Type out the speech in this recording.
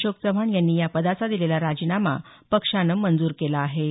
अशोक चव्हाण यांनी या पदाचा दिलेला राजीनामा पक्षानं मंजूर केला आहे